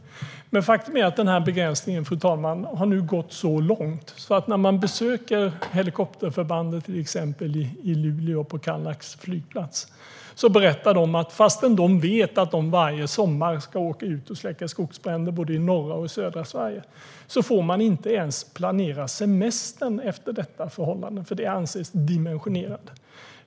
Men faktum är att den här begränsningen, fru talman, nu har gått så långt att när man besöker till exempel helikopterförbandet i Luleå på Kallax flygplats berättar de att fastän de vet att de varje sommar ska åka ut och släcka skogsbränder både i norra och södra Sverige får de inte ens planera semestern efter detta förhållande, för det anses vara dimensionerande.